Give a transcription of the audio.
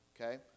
Okay